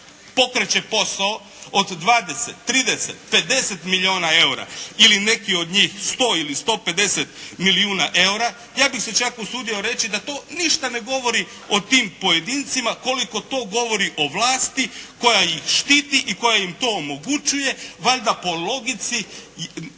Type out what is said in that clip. pokreće posao od 20, 30, 50 milijuna eura ili neki od njih 100 ili 150 milijuna eura ja bih se čak usudio reći da to ništa ne govori o tim pojedincima koliko to govori o vlasti koja ih štiti i koja im to omogućuje. Valjda po logici